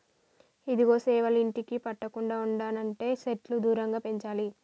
ఇదిగో సేవలు ఇంటికి పట్టకుండా ఉండనంటే సెట్లు దూరంగా పెంచాలి